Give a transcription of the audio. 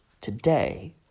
today